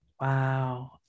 Wow